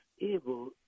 able